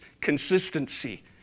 consistency